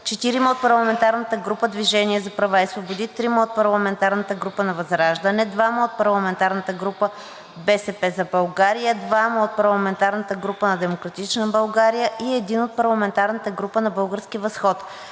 3 от парламентарната група „Движение за права и свободи“, 2 от парламентарната група ВЪЗРАЖДАНЕ, 2 от парламентарната група „БСП за България“, 2 от парламентарната група на „Демократична България“ и 1 от парламентарната група „Български възход“.